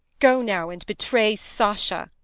go now, and betray sasha!